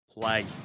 play